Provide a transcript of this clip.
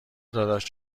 داداش